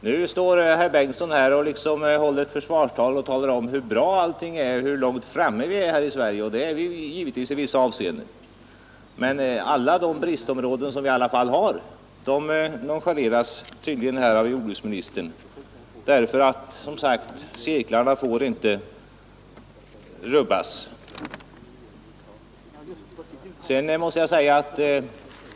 Nu håller herr Bengtsson liksom ett försvarstal och talar om hur bra allting är och hur långt framme vi är i Sverige. Det är vi givetvis i vissa avseenden, men alla de bristområden som vi i alla fall har nonchaleras tydligen av jordbruksministern. Som sagt: Cirklarna får inte rubbas!